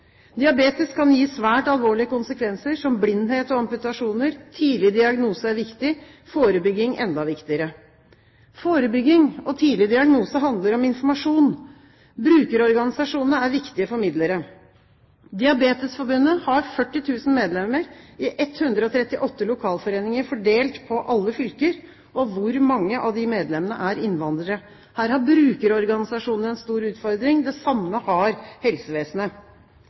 Diabetes kan gi svært alvorlige konsekvenser, som blindhet og amputasjoner. Tidlig diagnose er viktig, forebygging enda viktigere. Forebygging og tidlig diagnose handler om informasjon. Brukerorganisasjonene er viktige formidlere. Diabetesforbundet har 40 000 medlemmer i 138 lokalforeninger fordelt på alle fylker. Hvor mange av de medlemmene er innvandrere? Her har brukerorganisasjonene en stor utfordring. Det samme har helsevesenet.